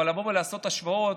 אבל לבוא ולעשות השוואות,